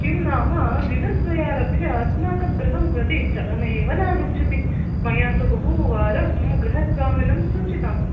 किं नाम दिनद्वायादारभ्य अस्माकं गृहं प्रति जलमेव नागच्छति मया तु बहुवारं गृह स्वामिनं सूचितं